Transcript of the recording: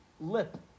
lip